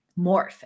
morph